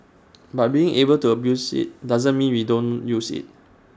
but being able to abuse IT doesn't mean we don't use IT